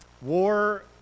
war